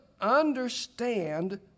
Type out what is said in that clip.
understand